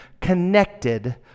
connected